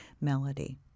melody